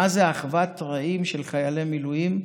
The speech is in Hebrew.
מה זה אחוות רעים של חיילי מילואים.